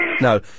No